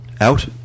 Out